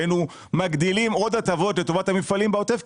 אני שמח שאתה פה כי כל פעם כשאתה שומע עוטף עזה אתה ישר קורא לוועדה.